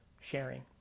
sharing